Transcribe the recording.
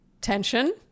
tension